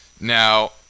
Now